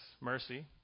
mercy